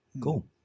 cool